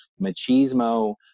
machismo